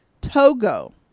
Togo